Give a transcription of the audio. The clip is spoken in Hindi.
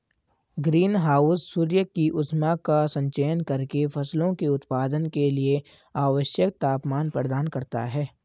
ग्रीन हाउस सूर्य की ऊष्मा का संचयन करके फसलों के उत्पादन के लिए आवश्यक तापमान प्रदान करता है